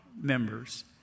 members